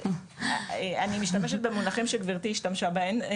אני משתמשת במונחים שגברתי השתמשה בהם.